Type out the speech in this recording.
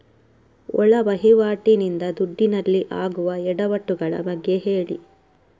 ಒಳ ವಹಿವಾಟಿ ನಿಂದ ದುಡ್ಡಿನಲ್ಲಿ ಆಗುವ ಎಡವಟ್ಟು ಗಳ ಬಗ್ಗೆ ಹೇಳಿ